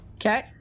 Okay